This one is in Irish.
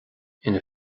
ina